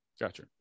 Gotcha